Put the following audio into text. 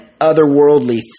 otherworldly